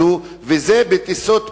וזה בטיסות פנים,